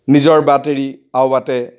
নিজৰ বাট এৰি আওবাটে